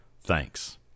Thanks